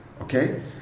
Okay